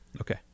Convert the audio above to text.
Okay